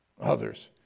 others